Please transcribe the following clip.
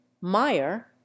Meyer